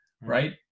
right